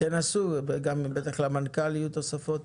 בטח למנכ"ל גם יהיו תוספות.